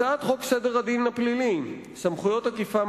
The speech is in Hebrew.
הצעת חוק סדר הדין הפלילי (סמכויות אכיפה,